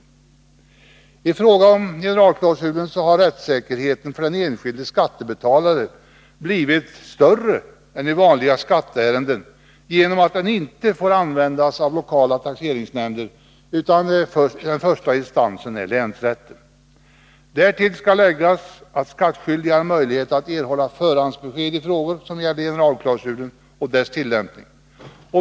Den föreslagna generalklausulen gör rättssäkerheten för den enskilde skattebetalaren större än i vanliga skatteärenden genom att den inte får användas av lokala taxeringsnämnder, utan första instans är länsrätten. Därtill skall läggas att skattskyldiga har möjlighet att få förhandsbesked i frågor som gäller generalklausulen och dess tillämpning.